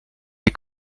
les